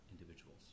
individuals